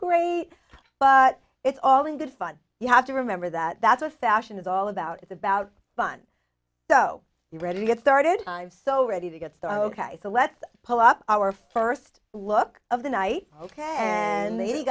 great but it's all in good fun you have to remember that that's a fashion is all about it's about fun so you're ready to get started so ready to get star ok so let's pull up our first look of the night ok and the